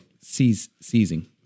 Seizing